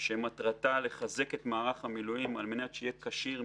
שמטרתה לחזק את מערך המילואים כדי שיהיה כשיר,